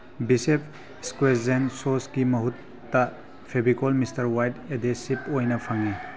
ꯕꯤꯆꯦꯞ ꯏꯁꯀ꯭ꯋꯦꯖꯦꯟꯁ ꯁꯣꯁꯀꯤ ꯃꯍꯨꯠꯇ ꯐꯦꯕꯤꯀꯣꯜ ꯃꯤꯁꯇꯔ ꯋꯥꯏꯠ ꯑꯦꯗꯦꯁꯤꯞ ꯑꯣꯏꯅ ꯐꯪꯏ